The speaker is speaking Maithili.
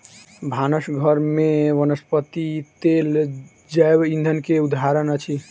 भानस घर में वनस्पति तेल जैव ईंधन के उदाहरण अछि